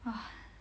!wah!